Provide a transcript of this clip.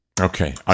Okay